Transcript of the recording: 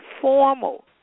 formal